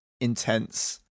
intense